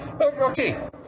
okay